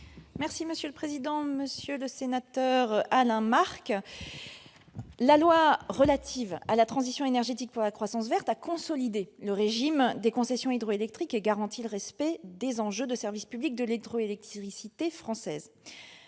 secrétaire d'État. Monsieur le sénateur, la loi relative à la transition énergétique pour la croissance verte consolide le régime des concessions hydroélectriques et garantit le respect des enjeux de service public de l'hydroélectricité française